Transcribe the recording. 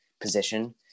position